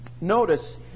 Notice